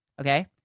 okay